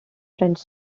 french